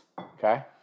Okay